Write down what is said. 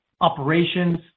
operations